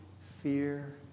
fear